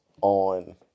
on